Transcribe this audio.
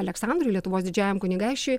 aleksandrui lietuvos didžiajam kunigaikščiui